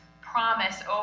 promise